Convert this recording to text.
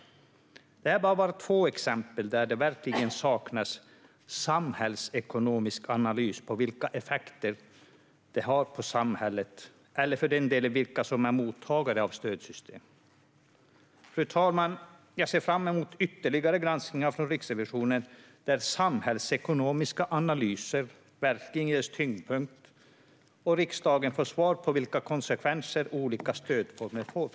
Detta var bara två exempel där det verkligen saknas samhällsekonomisk analys av vilka effekter det har på samhället eller för den delen vilka som är mottagare av stödsystemet. Fru talman! Jag ser fram emot ytterligare granskningar från Riksrevisionen där samhällsekonomiska analyser verkligen ges tyngdpunkt och där riksdagen får svar på vilka konsekvenser olika stödformer får.